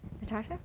Natasha